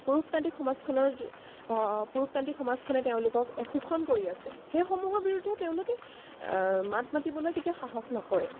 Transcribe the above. পুৰুষতান্ত্ৰিক সমাজখনৰ পুৰুষতান্ত্ৰিক সমাজখনে তেওঁলোকক শোষণ কৰি আছে সেইসমূহৰ বিৰুদ্ধে তেওঁলোকে মাত মাতিবলৈ কেতিয়াও সাহস নকৰে